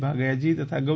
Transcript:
ભાગૈયાજી તથા ગૌ